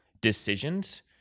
decisions